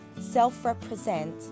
self-represent